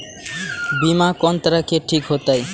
बीमा कोन तरह के ठीक होते?